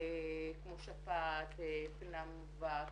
כמו שפעת, פנאומווקס,